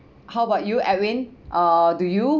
how about you edwin uh do you